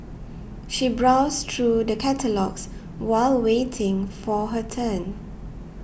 she browsed through the catalogues while waiting for her turn